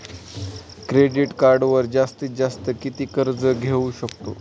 Credit कार्डवर जास्तीत जास्त किती कर्ज घेऊ शकतो?